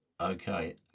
Okay